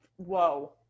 whoa